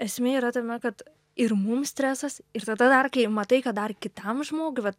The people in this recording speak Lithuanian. esmė yra tame kad ir mum stresas ir tada dar kai matai kad dar kitam žmogui vat